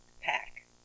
pack